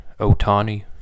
Otani